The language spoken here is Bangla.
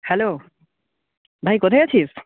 হ্যালো ভাই কোথায় আছিস